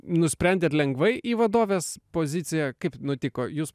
nusprendėt lengvai į vadovės poziciją kaip nutiko jūs